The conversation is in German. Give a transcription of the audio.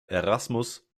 erasmus